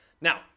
Now